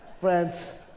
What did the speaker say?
Friends